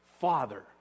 Father